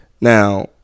Now